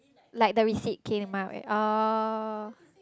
like the receipt came out oh